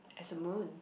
as a moon